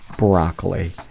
broccoli.